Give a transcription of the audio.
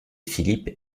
philippe